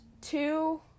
two